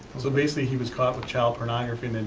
so basically he was caught with child pornography, and and